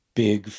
big